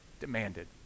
demanded